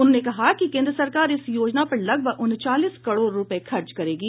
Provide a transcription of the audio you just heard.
उन्होंने कहा कि केन्द्र सरकार इस योजना पर लगभग उनचालीस करोड़ रूपये खर्च करेगी